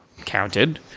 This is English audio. counted